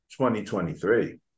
2023